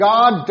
God